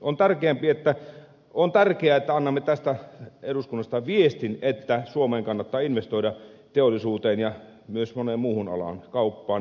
on tärkeää että annamme tästä eduskunnasta viestin että suomeen kannattaa investoida teollisuuteen ja myös moneen muuhun alaan kauppaan ja palveluihin